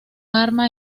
arma